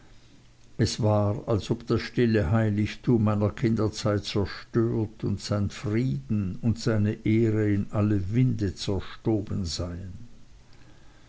es war als ob das stille heiligtum meiner kinderzeit zerstört und sein frieden und seine ehre in alle winde zerstoben seien